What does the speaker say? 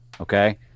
Okay